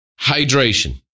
hydration